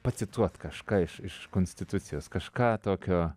ir pacituoti kažkaip iš iš konstitucijos kažką tokio